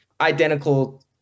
identical